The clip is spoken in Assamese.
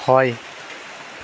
হয়